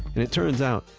and it turns out,